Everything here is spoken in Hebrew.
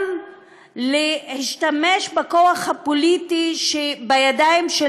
גם להשתמש בכוח הפוליטי שבידיים של